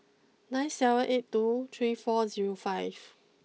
nine seven eight two three four zero five